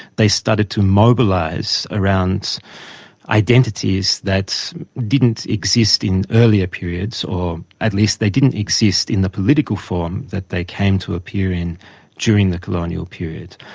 they started to mobilise around identities that didn't exist in earlier periods, or at least they didn't exist in the political form that they came to appear in during the colonial period.